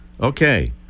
okay